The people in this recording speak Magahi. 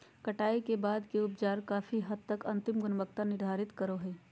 कटाई के बाद के उपचार काफी हद तक अंतिम गुणवत्ता निर्धारित करो हइ